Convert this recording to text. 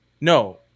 no